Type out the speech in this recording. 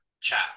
chat